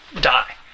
die